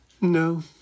No